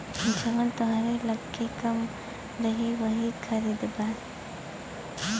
जवन तोहरे लग्गे कम रही वही खरीदबा